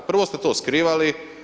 Prvo ste to skrivali.